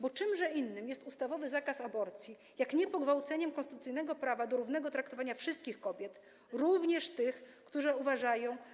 Bo czymże innym jest ustawowy zakaz aborcji, jak nie pogwałceniem konstytucyjnego prawa do równego traktowania wszystkich kobiet, również tych, które uważają.